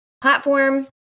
platform